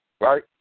right